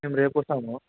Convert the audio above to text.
మేము రేపొస్తాము